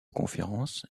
conférences